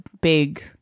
big